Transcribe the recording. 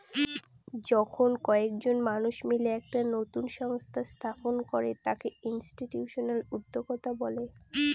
যখন কয়েকজন মানুষ মিলে একটা নতুন সংস্থা স্থাপন করে তাকে ইনস্টিটিউশনাল উদ্যোক্তা বলে